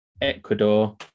Ecuador